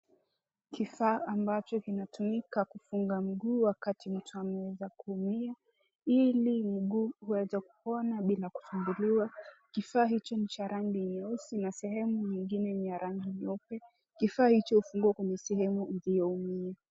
Kifaa ambacho kinatumika kufunga mguu wakati mtu ameweza kuumia ili mguu uweze kupona bila kusumbuliwa. Kifaa hichi ni cha rangi nyeusi na sehemu nyingine ni ya rangi nyeupe. Kifaa hicho hufungwa kwenye sehemu iliyoumia.